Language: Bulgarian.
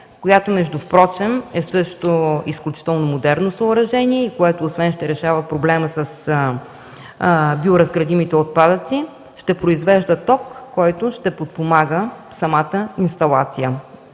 която също е изключително модерно съоръжение, което, освен че ще решава проблема с биоразградимите отпадъци, ще произвежда ток, който ще подпомага самата инсталация